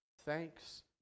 thanks